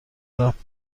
رفت